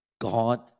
God